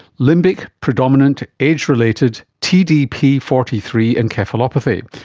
limbic-predominant age-related tdp forty three encephalopathy.